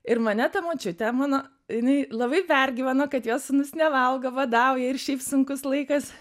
ir mane ta močiutė mano jinai labai pergyveno kad jos sūnus nevalgo badauja ir šiaip sunkus laikas